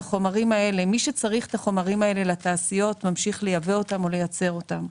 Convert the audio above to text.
מי שצריך את החומרים האלה לתעשיות ממשיך לייבא אותם או לייצר אותם.